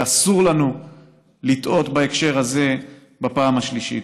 ואסור לנו לטעות בהקשר הזה בפעם השלישית.